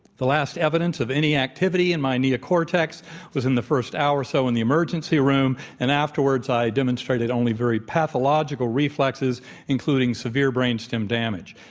the last evidence of any activity in my neocortex was in the first hour, so in the emergency room and afterwards i demonstrated only very pathological reflexes including severe brainstem damage.